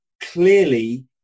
clearly